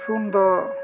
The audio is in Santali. ᱥᱩᱱ ᱫᱚ